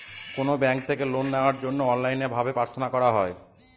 কোনো ব্যাঙ্ক থেকে লোন নেওয়ার জন্য অনলাইনে ভাবে প্রার্থনা করা হয়